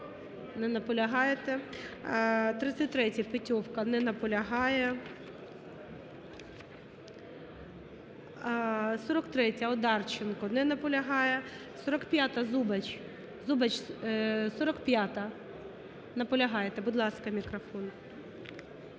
Не наполягаєте. 33-я, Петьовка. Не наполягає. 43-я, Одарченко. Не наполягає. 45-а, Зубач. Зубач, 45-а. Наполягаєте? Будь ласка, мікрофон.